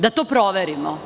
Da to proverimo.